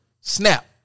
snap